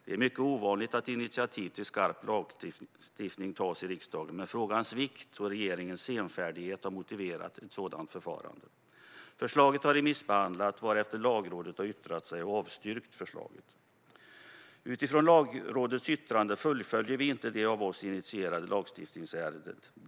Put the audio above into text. Det är mycket ovanligt att initiativ till skarp lagstiftning tas i riksdagen, men frågans vikt och regeringens senfärdighet har motiverat ett sådant förfarande. Förslaget har remissbehandlats, varefter Lagrådet har yttrat sig och avstyrkt förslaget. Utifrån Lagrådets yttrande fullföljer vi inte det av oss initierade lagstiftningsärendet.